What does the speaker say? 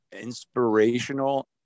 inspirational